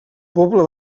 poble